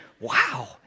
Wow